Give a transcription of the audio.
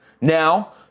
now